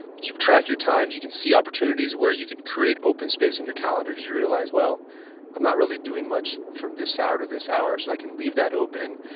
you've tracked your time, you can see opportunities where you can create open space in your calendar because you realize, well i'm not really doing much from this hour to this hour so i can leave that open.